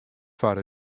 foar